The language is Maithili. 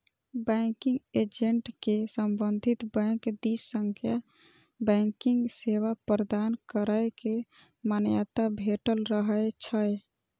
बैंकिंग एजेंट कें संबंधित बैंक दिस सं बैंकिंग सेवा प्रदान करै के मान्यता भेटल रहै छै